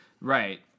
Right